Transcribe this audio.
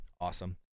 awesome